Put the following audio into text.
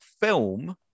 film